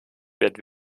wird